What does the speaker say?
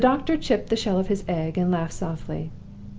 the doctor chipped the shell of his egg, and laughed softly.